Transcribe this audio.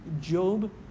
Job